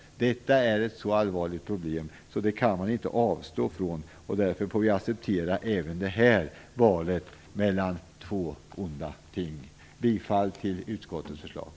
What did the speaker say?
Detta är ett så allvarligt problem att man inte kan låta bli att göra det. Därför får vi acceptera även valet mellan två onda ting. Jag yrkar bifall till utskottets hemställan.